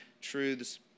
truths